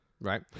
Right